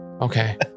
Okay